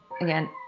again